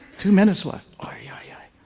two minutes left, aye, aye, aye.